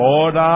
Lord